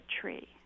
tree